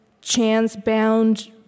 chance-bound